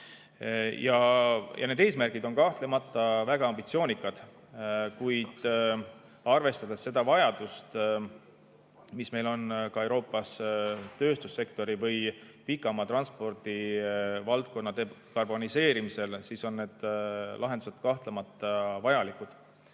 Need eesmärgid on kahtlemata väga ambitsioonikad. Kuid arvestades vajadust, mis meil on Euroopas seoses tööstussektori või pikamaatranspordi valdkonna dekarboniseerimisega, on need lahendused kahtlemata vajalikud.